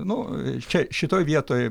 nu čia šitoj vietoj